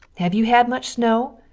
have you had much snow?